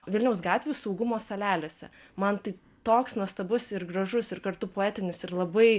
vilniaus gatvių saugumo salelėse man tai toks nuostabus ir gražus ir kartu poetinis ir labai